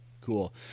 cool